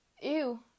ew